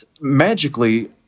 magically